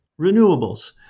renewables